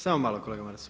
Samo malo, kolega Maras.